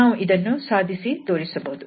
ನಾವು ಇದನ್ನು ಸಾಧಿಸಬಹುದು